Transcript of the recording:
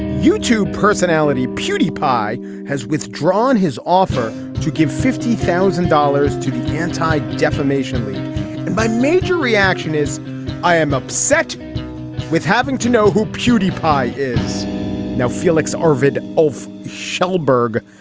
youtube personality beauty pie has withdrawn his offer to give fifty thousand dollars to the anti defamation and my major reaction is i am upset with having to know who purity pi is now felix arvid of schulberg.